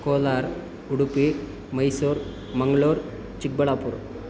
Kolar Udupi Mysuru Mangaluru Chikkaballapur